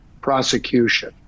prosecution